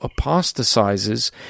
apostatizes